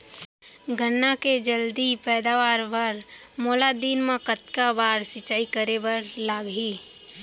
गन्ना के जलदी पैदावार बर, मोला दिन मा कतका बार सिंचाई करे बर लागही?